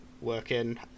working